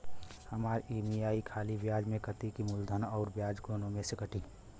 हमार ई.एम.आई खाली ब्याज में कती की मूलधन अउर ब्याज दोनों में से कटी?